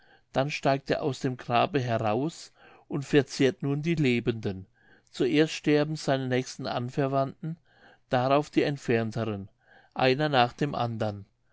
dann steigt er aus dem grabe heraus und verzehrt nun die lebenden zuerst sterben seine nächsten anverwandten darauf die entfernteren einer nach dem andern